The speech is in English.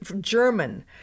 German